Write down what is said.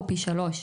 הוא פי שלוש,